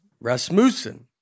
Rasmussen